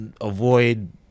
avoid